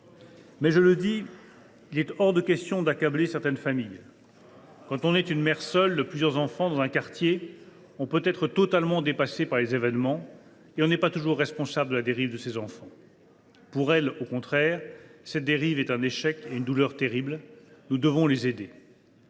« Pour autant, il est hors de question d’accabler certaines familles. Une mère qui élève seule plusieurs enfants dans un quartier peut être totalement dépassée par les événements : elle n’est pas toujours responsable de la dérive de ses enfants. Pour cette femme, au contraire, cette dérive est un échec et une douleur terrible. Nous devons l’aider.